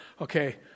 okay